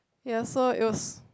ya so it was